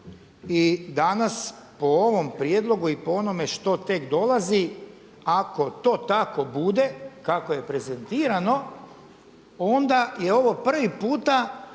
i danas po ovom prijedlogu i po onome što tek dolazi ako to tako bude kako je prezentirano onda je ovo prvi puta